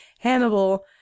Hannibal